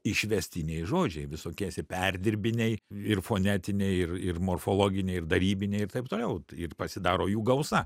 išvestiniai žodžiai visokie perdirbiniai ir fonetiniai ir ir morfologiniai ir darybiniai ir taip toliau ir pasidaro jų gausa